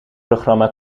programma